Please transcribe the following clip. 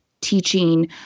teaching